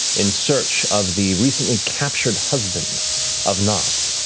in search of the recently captured husband of nott,